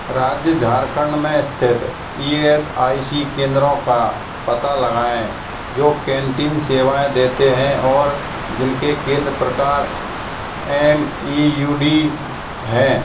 राज्य झारखंड में स्थित ई एस आई सी केंद्रों का पता लगाएँ जो कैंटीन सेवाएँ देते हैं और जिनके केंद्र प्रकार एम ई यू डी हैं